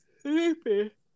sleepy